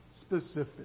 specific